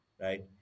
right